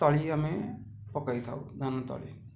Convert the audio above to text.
ତଳି ଆମେ ପକାଇ ଥାଉ ଧାନ ତଳି